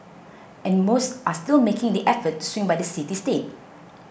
and most are still making the effort to swing by the city state